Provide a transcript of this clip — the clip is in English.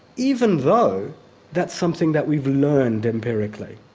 even though that's something that we've learned empirically.